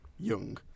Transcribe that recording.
Young